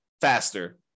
faster